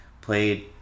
played